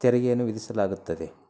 ತೆರಿಗಯನ್ನು ವಿಧಿಸಲಾಗುತ್ತದೆ